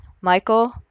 Michael